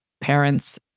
parents